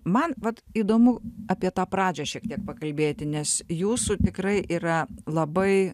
man vat įdomu apie tą pradžią šiek tiek pakalbėti nes jūsų tikrai yra labai